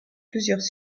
plusieurs